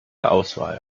auswahl